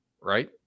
right